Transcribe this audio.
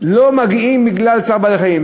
לא מגיעים בגלל צער בעלי-חיים,